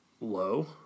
Low